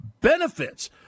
benefits